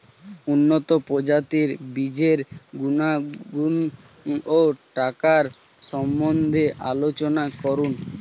উন্নত প্রজাতির বীজের গুণাগুণ ও টাকার সম্বন্ধে আলোচনা করুন